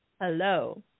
Hello